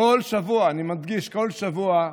בכל שבוע, אני מדגיש, בכל שבוע,